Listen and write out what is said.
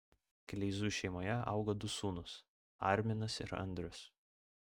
kleizų šeimoje auga du sūnūs arminas ir andrius